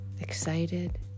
excited